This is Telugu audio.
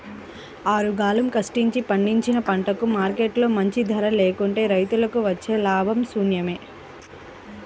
ఆరుగాలం కష్టించి పండించిన పంటకు మార్కెట్లో మంచి ధర లేకుంటే రైతులకు వచ్చే లాభాలు శూన్యమే